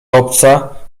obca